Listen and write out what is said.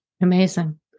Amazing